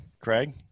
Craig